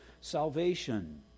salvation